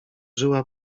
żyła